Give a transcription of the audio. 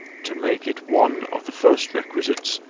to make it one of the first requisites,